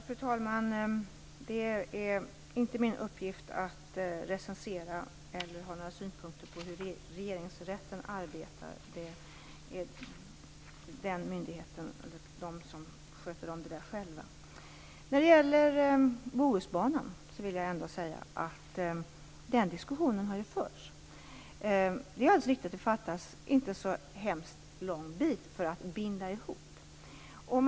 Fru talman! Det är inte min uppgift att recensera eller ha synpunkter på hur Regeringsrätten arbetar. Det sköter den myndigheten om själv. När det gäller Bohusbanan vill jag ändå säga att den diskussionen har ju förts. Det är alldeles riktigt att det inte fattas en så hemskt lång bit för att binda ihop banorna.